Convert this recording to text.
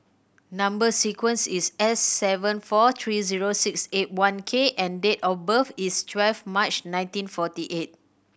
number sequence is S seven four three zero six eight one K and date of birth is twelve March nineteen forty eight